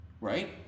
right